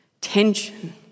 tension